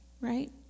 right